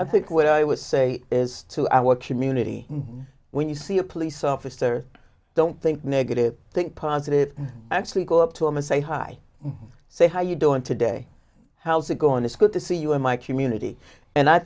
i think what i would say is to our community when you see a police officer don't think negative think positive actually go up to him and say hi say how you doing today how's it going it's good to see you in my community and i